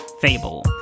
Fable